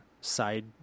side